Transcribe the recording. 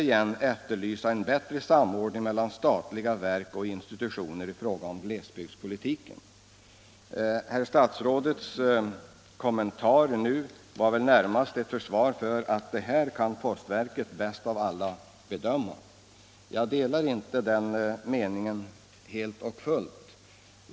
Kommunen anser enligt kommunstyrelsens protokoll I att det är anmärkningsvärt att inte postverket t.ex. har beaktat föränd Om principerna för ringens inverkan på linjetrafiken. Kommunen vill i detta sammanhang = export av krigsåterigen efterlysa en bättre samordning mellan statliga verk och insti — materiel tutioner i fråga om glesbygdspolitiken.